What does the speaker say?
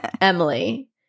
Emily